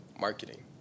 marketing